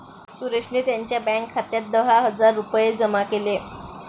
सुरेशने त्यांच्या बँक खात्यात दहा हजार रुपये जमा केले